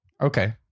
Okay